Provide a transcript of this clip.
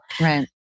Right